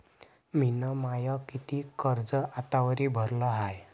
मिन माय कितीक कर्ज आतावरी भरलं हाय?